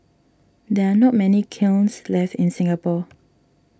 there are not many kilns left in Singapore